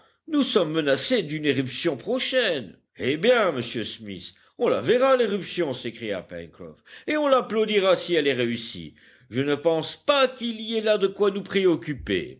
nous sommes menacés d'une éruption prochaine eh bien monsieur smith on la verra l'éruption s'écria pencroff et on l'applaudira si elle est réussie je ne pense pas qu'il y ait là de quoi nous préoccuper